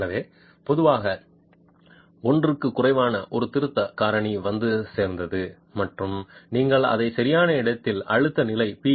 எனவே பொதுவாக 1 க்கும் குறைவான ஒரு திருத்த காரணி வந்து சேர்ந்தது மற்றும் நீங்கள் அதை சரியான இடத்தின் அழுத்த நிலை p